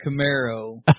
Camaro